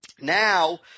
Now